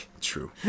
True